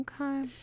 Okay